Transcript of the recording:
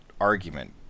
argument